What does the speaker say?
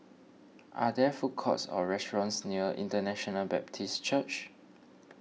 are there food courts or restaurants near International Baptist Church